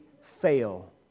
fail